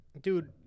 dude